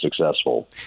successful